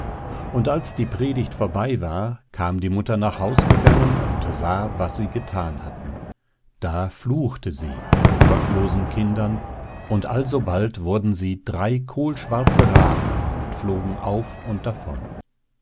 und als die predigt vorbei war kam die mutter nach haus gegangen und sah was sie gethan hatten da fluchte sie ihren gottlosen kindern und alsobald wurden sie drei kohlschwarze raben und flogen auf und davon